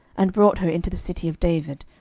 and brought her into the city of david,